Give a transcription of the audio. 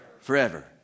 Forever